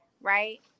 right